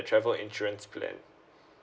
travel insurance plan